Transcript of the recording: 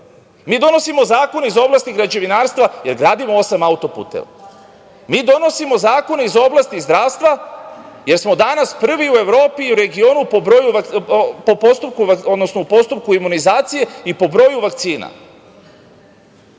Mi donosimo zakone iz oblasti građevinarstva jer gradimo osam auto-puteva. Mi donosimo zakone iz oblasti zdravstva jer smo danas prvi u Evropi i regionu u postupku imunizacije i po broju vakcina. Mi